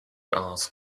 asked